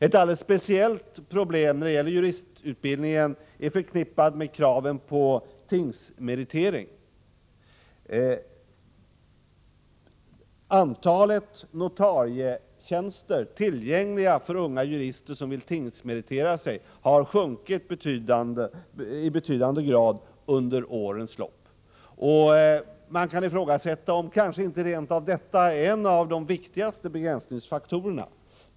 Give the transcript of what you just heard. Ett alldeles speciellt problem när det gäller juristutbildningen är förknippat med kravet på tingsmeritering. Antalet notarietjänster tillgängliga för unga jurister som vill tingsmeritera sig har under årens lopp sjunkit i betydande grad, och man kan ifrågasätta om detta inte rent av är en av de viktigaste begränsningsfaktorerna.